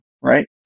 right